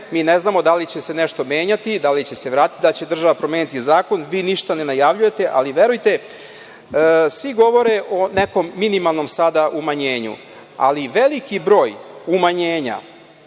mi ne znamo da li će se nešto menjati, da li će se vratiti, da li će država promeniti zakon, vi ništa ne najavljujete, ali verujte svi govore o nekom sada minimalnom umanjenju. Ali, veliki broj umanjenja